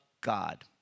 God